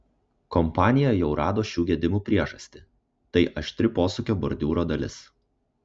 kompanija jau rado šių gedimų priežastį tai aštri posūkio bordiūro dalis